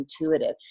intuitive